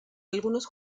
algunos